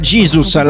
Jesus